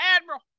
admiral